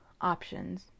options